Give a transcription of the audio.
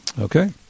Okay